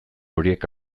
horiek